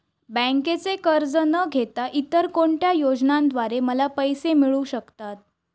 बँकेचे कर्ज न घेता इतर कोणत्या योजनांद्वारे मला पैसे मिळू शकतात?